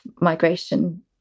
migration